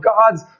God's